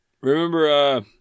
Remember